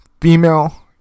female